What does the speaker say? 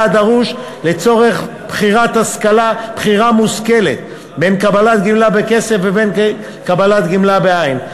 הדרוש לצורך בחירה מושכלת בין קבלת גמלה בכסף לבין קבלת גמלה בעין.